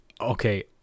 Okay